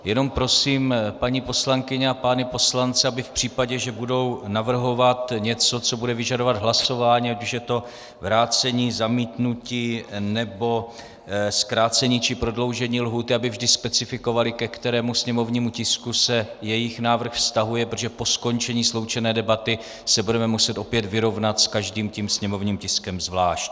Jenom prosím paní poslankyně a pány poslance, aby v případě, že budou navrhovat něco, co bude vyžadovat hlasování, ať už je to vrácení, zamítnutí nebo zkrácení či prodloužení lhůty, aby vždy specifikovali, ke kterému sněmovnímu tisku se jejich návrh vztahuje, protože po skončení sloučené debaty se budeme muset opět vyrovnat s každým sněmovním tiskem zvlášť.